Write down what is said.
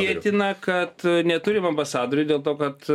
tvirtina kad neturim ambasadorių dėl to kad